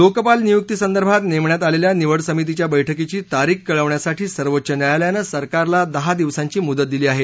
लोकपाल नियुक्तीसंदर्भात नेमण्यात आलेल्या निवड समितीच्या बळकीची तारीख कळवण्यासाठी सर्वोच्च न्यायालयानं सरकारला दहा दिवसांची मुदत दिली आहे